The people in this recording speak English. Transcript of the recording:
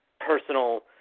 personal